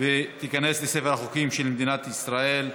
ותיכנס לספר החוקים של מדינת ישראל.